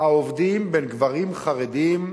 העובדים בין גברים חרדים.